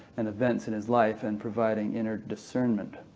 and events in his life, and providing inner discernment.